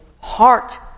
heart